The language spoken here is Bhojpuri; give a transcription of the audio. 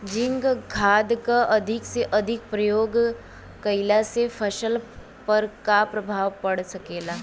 जिंक खाद क अधिक से अधिक प्रयोग कइला से फसल पर का प्रभाव पड़ सकेला?